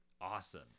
awesome